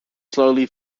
slowly